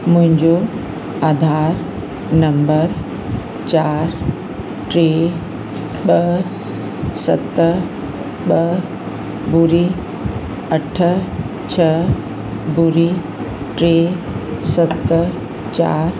मुंहिंजो आधार नंबर चारि टे ॿ सत ॿ ॿुड़ी अठ छह ॿुड़ी टे सत चारि